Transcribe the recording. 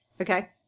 Okay